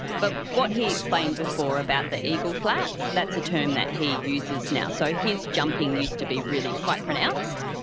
but what he explained before about the eagle-flaps, that's a term that he uses now. so his jumping used to be really quite pronounced,